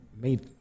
Made